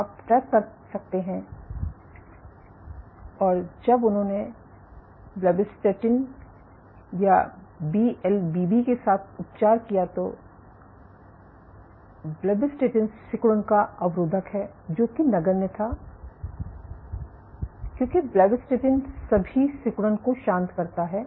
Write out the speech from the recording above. तो आप ट्रैक कर सकते हैं और जब उन्होंने ब्लेबिस्टैटिन बीएलबीबी के साथ उपचार किया तो ब्लेबिस्टैटिन सिकुड़न का अवरोधक है जो कि नगण्य था क्योंकि ब्लेबिस्टैटिन सभी सिकुड़न को शांत करता है